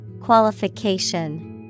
Qualification